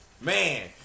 Man